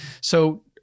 So-